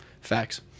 Facts